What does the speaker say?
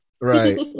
Right